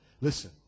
listen